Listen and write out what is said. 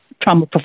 trauma